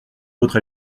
votre